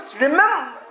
remember